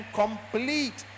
complete